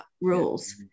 rules